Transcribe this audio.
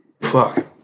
Fuck